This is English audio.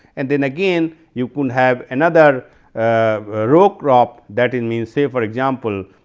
and then again you could have another ah row crop that in means say for example,